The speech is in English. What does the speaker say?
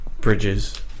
bridges